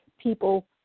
people